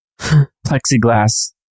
plexiglass